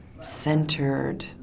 centered